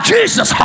Jesus